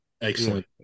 excellent